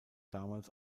damals